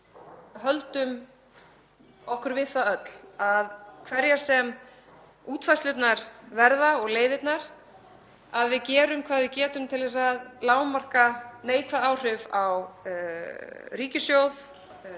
höldum okkur við það öll að hverjar sem útfærslurnar og leiðirnar verða að við gerum hvað við getum til að lágmarka neikvæð áhrif á ríkissjóð,